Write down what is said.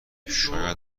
شاید